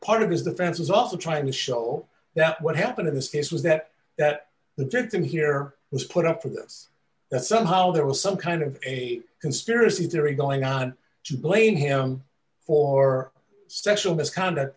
part of his defense is also trying to show that what happened in this case was that that the victim here was put up for this that somehow there was some kind of a conspiracy theory going on to blame him for d special misconduct